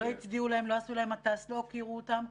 לא הצדיעו להם, לא עשו להם מטס, לא הוקירו אותם.